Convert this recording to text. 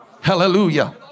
Hallelujah